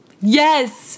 Yes